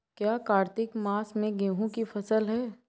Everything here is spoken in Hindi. क्या कार्तिक मास में गेहु की फ़सल है?